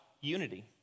unity